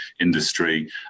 industry